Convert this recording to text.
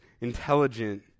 intelligent